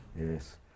Yes